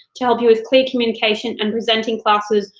to help you with clear communication and presenting classes,